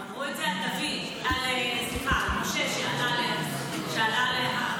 אמרו את זה על משה שעלה להר נבו,